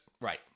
right